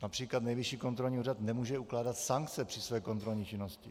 Například Nejvyšší kontrolní úřad nemůže ukládat sankce při své kontrolní činnosti.